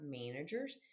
managers